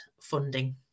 funding